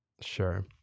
Sure